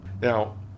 Now